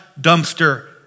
dumpster